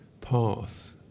path